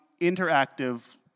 interactive